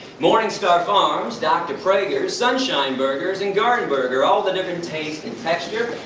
morningstar farms, dr. praeger's, sunshine burgers and gardenburger, all the different tastes and textures.